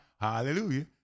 Hallelujah